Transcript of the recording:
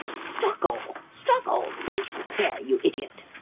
struggle struggle! don't you hear, you idiot?